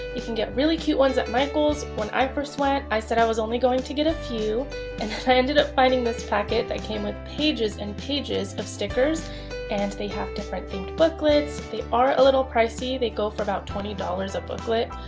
you can get really cute ones at michael's. when i first went, i said i was only going to get a few and then i ended up finding this packet that came with pages and pages of stickers and they have different themed booklets. they are a little pricey, they go for about twenty dollars a booklet.